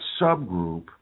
subgroup